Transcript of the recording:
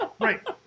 Right